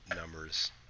numbers